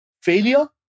failure